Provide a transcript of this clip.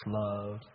love